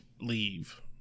leave